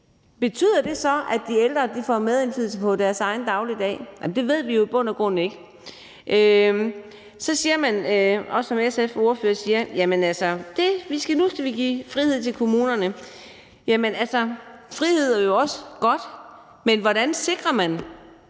Betyder det så, at de ældre får medindflydelse på deres egen dagligdag? Det ved vi jo i bund og grund ikke. Så siger SF's ordfører, at nu skal vi give frihed til kommunerne. Jamen altså, frihed er jo også godt, men hvordan sikrer man,